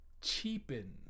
cheapen